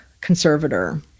conservator